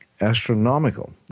astronomical